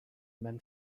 men